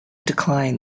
declined